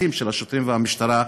הפרקליטים של השוטרים והמשטרה,